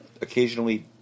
occasionally